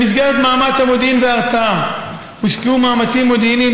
במסגרת מאמץ המודיעין וההרתעה הושקעו מאמצים מודיעיניים